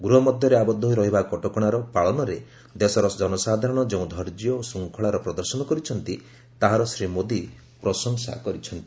ଗୃହ ମଧ୍ୟରେ ଆବଦ୍ଧ ହୋଇ ରହିବା କଟକଣାର ପାଳନରେ ଦେଶର ଜନସାଧାରଣ ଯେଉଁ ଧୈର୍ଯ୍ୟ ଓ ଶୃଙ୍ଖଳାର ପ୍ରଦର୍ଶନ କରିଛନ୍ତି ତାହାର ଶ୍ରୀ ମୋଦି ପ୍ରଶଂସା କରିଛନ୍ତି